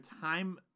time